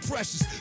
Precious